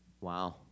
Wow